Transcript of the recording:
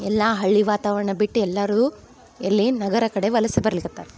ಎಲ್ಲಾ ಹಳ್ಳಿ ವಾತಾವರ್ಣ ಬಿಟ್ಟು ಎಲ್ಲರು ಇಲ್ಲಿ ನಗರ ಕಡೆ ವಲಸೆ ಬರ್ಲಿಕತ್ತಾರೆ